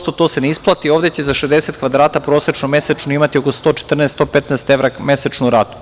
To se ne isplati, ovde će za 60 kvadrata prosečno mesečno imati oko 114, 115 evra mesečnu ratu.